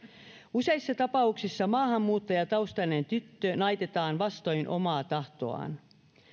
useissa tapauksissa maahanmuuttajataustainen tyttö naitetaan vastoin omaa tahtoaan